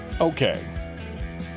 Okay